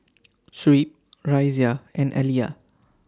Shuib Raisya and Alya